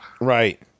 Right